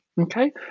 okay